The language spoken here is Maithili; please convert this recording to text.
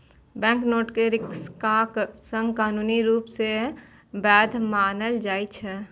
बैंकनोट कें सिक्काक संग कानूनी रूप सं वैध मानल जाइ छै